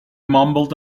mumbled